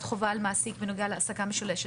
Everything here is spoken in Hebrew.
חובה על מעסיק בנוגע להעסקה משולשת,